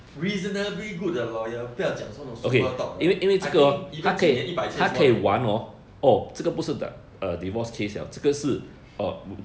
reasonably good 的 lawyer 不要讲 those super top 的 I think even 几年一百千也是 mo~